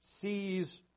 sees